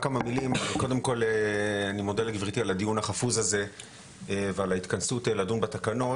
קודם כול אני מודה לגברתי על ההתכנסות לדון בתקנות.